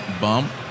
bump